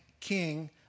king